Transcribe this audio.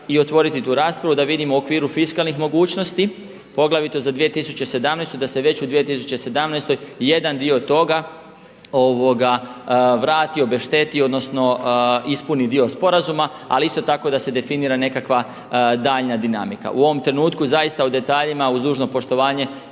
i otvoriti tu raspravu da vidimo u okviru fiskalnih mogućnosti poglavito za 2017. da se već u 2017. jedan dio toga vrati, obešteti odnosno ispuni dio sporazuma ali isto tako da se definira nekakva daljnja dinamika. U ovom trenutku zaista o detaljima uz dužno poštovanje